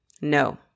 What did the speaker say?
No